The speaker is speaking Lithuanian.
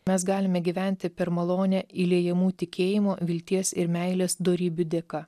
mes galime gyventi per malonę įliejimu tikėjimo vilties ir meilės dorybių dėka